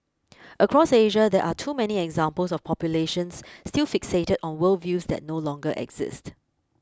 across Asia there are too many examples of populations still fixated on worldviews that no longer exist